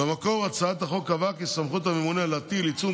במקור הצעת החוק קבעה כי סמכות הממונה להטיל עיצום